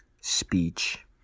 speech